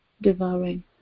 devouring